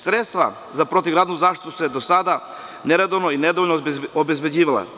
Sredstva za protivgradnu zaštitu su se do sada neredovno i nedovoljno obezbeđivala.